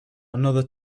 another